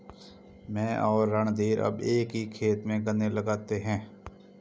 मैं और रणधीर अब एक ही खेत में गन्ने लगाते हैं